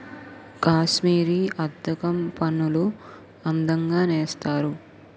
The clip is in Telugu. కాశ్మీరీ అద్దకం పనులు అందంగా నేస్తారు